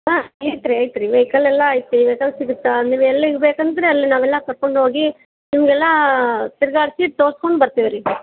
ಹಾಂ ಐತೆ ರೀ ಐತೆ ರೀ ವೆಯಿಕಲ್ ಎಲ್ಲ ಐತೆ ವೆಯಿಕಲ್ ಸಿಗತ್ತೆ ನೀವು ಎಲ್ಲಿಗೆ ಬೇಕಂದ್ರೆ ಅಲ್ಲಿಗೆ ನಾವೆಲ್ಲ ಕರ್ಕೊಂಡು ಹೋಗಿ ನಿಮಗೆಲ್ಲ ತಿರುಗಾಡ್ಸಿ ತೋರ್ಸ್ಕೊಂಡು ಬರ್ತೀವಿ ರೀ